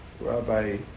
Rabbi